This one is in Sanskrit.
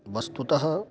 वस्तुतः